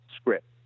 script